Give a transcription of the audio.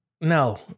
No